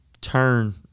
turn